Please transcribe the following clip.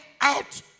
out